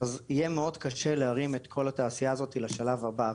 אז יהיה מאוד קשה להרים את כל התעשייה הזו לשלב הבא.